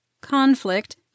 conflict